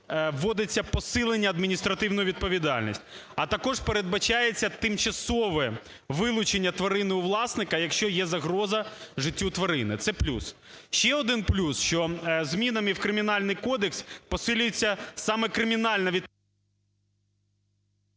вводиться посилення адміністративної відповідальності, а також передбачається тимчасове вилучення тварин у власника, якщо є загроза життю тварини. Це плюс. Ще один плюс, що змінами в Кримінальний кодекс посилюється саме кримінальна … ГОЛОВУЮЧИЙ.